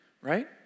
right